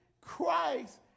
Christ